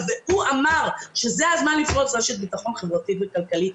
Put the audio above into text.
הוא אמר שזה הזמן לפרוס רשת ביטחון חברתי וכלכלי.